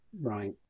right